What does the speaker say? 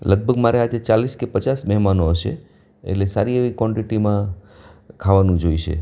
લગભગ મારે આજે ચાલીસ કે પચાસ મહેમાનો હશે એટલે સારી એવી કોન્ટેટીમાં ખાવાનું જોઈશે